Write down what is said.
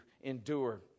endure